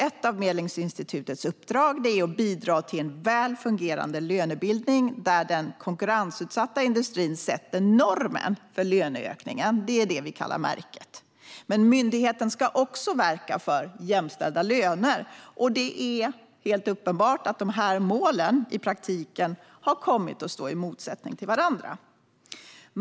Ett av Medlingsinstitutets uppdrag är att bidra till en väl fungerande lönebildning, där den konkurrensutsatta industrin sätter normen för löneökningen. Det är det som vi kallar för märket. Men myndigheten ska också verka för jämställda löner. Det är helt uppenbart att dessa mål i praktiken har kommit att stå i motsättning till varandra.